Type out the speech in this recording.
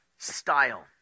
Style